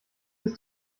ist